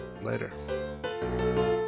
Later